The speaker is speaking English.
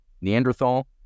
Neanderthal